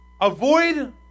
avoid